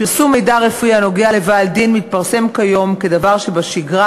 פרסום מידע רפואי הנוגע לבעל דין נעשה כיום כדבר שבשגרה,